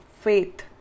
faith